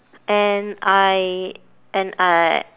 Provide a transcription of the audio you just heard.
and I and I